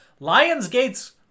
Lionsgate's